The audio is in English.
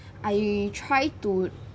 I try to